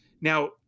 Now